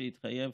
שהתחייב